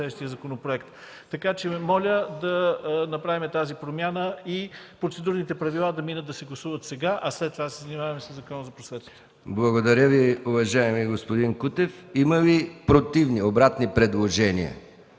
Благодаря Ви, уважаеми господин Кутев. Има ли противни предложения?